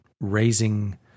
raising